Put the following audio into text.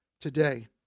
today